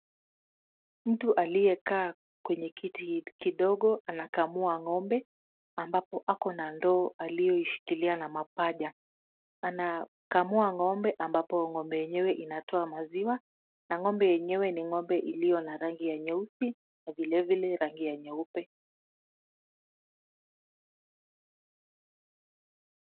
Mtu aliyekaa kwenye kiti kidogo anakamua ng'ombe, ambapo ako na ndoo aliyoishikilia na mapaja. Anakamua ng'ombe ambapo ng'ombe yenyewe inatoa maziwa na ng'ombe yenyewe ni ng'ombe iliyo na rangi ya nyeusi na vile vile rangi ya nyeupe.